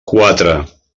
quatre